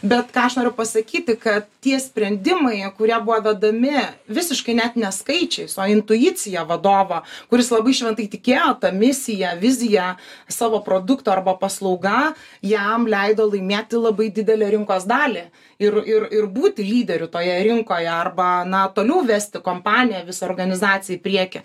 bet ką aš norėjau pasakyti kad tie sprendimai kurie buvo vedami visiškai net ne skaičiais o intuicija vadovą kuris labai šventai tikėjo ta misija vizija savo produktu arba paslauga jam leido laimėti labai didelę rinkos dalį ir ir ir būti lyderiu toje rinkoje arba na toliau vesti kompaniją visą organizaciją į priekį